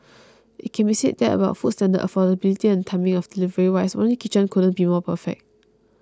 it can be said that about food standard affordability and timing of delivery wise Ronnie Kitchen couldn't be more perfect